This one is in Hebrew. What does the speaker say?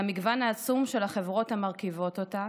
למגוון העצום של החברות המרכיבות אותה